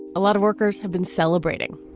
a lot of workers have been celebrating.